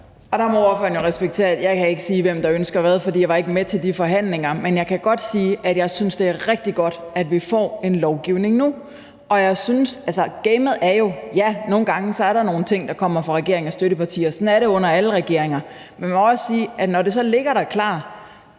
Ordføreren må jo respektere, at jeg ikke kan sige, hvem der ønsker hvad, for jeg var ikke med til de forhandlinger. Men jeg kan godt sige, at jeg synes, det er rigtig godt, at vi får en lovgivning nu. Gamet er jo sådan, at nogle gange er der nogle ting, der kommer fra regeringen og støttepartierne. Sådan er det under alle regeringer. Men man må også sige, at når det så ligger der og